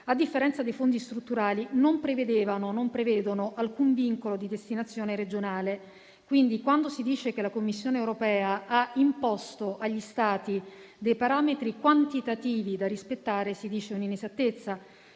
a differenza dei fondi strutturali, non prevedevano e non prevedono alcun vincolo di destinazione regionale. Quindi, quando si dice che la Commissione europea ha imposto agli Stati dei parametri quantitativi da rispettare, si dice un'inesattezza.